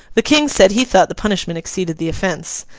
the king said he thought the punishment exceeded the offence.